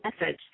message